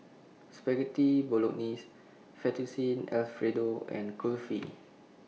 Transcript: Spaghetti Bolognese Fettuccine Alfredo and Kulfi